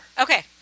Okay